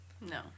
no